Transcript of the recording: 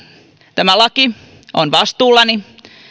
tämä laki on vastuullani